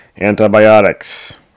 Antibiotics